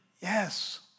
Yes